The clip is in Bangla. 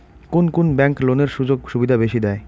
কুন কুন ব্যাংক লোনের সুযোগ সুবিধা বেশি দেয়?